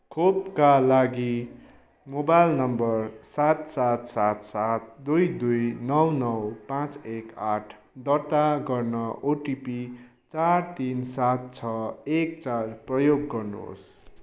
खोपका लागि mobile number सात सात सात सात दुई दुई नौ नौ पाँच एक आठ दर्ता गर्न ओटिपी चार तिन सात छ एक चार प्रयोग गर्नुहोस्